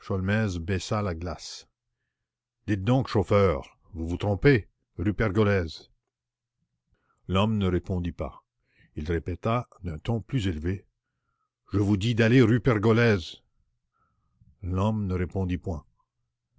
baissa la glace dites donc chauffeur vous vous trompez rue pergolèse l'homme ne répondit pas il répéta d'un ton plus élevé je vous dis d'aller rue pergolèse l'homme ne répondit point